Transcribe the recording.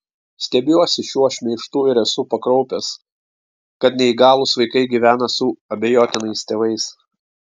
stebiuosi šiuo šmeižtu ir esu pakraupęs kad neįgalūs vaikai gyvena su abejotinais tėvais